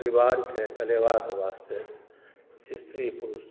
परिवारकेँ चलेबाके वास्ते स्त्री पुरुष